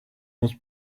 most